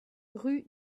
rue